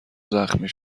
زخمی